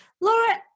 Laura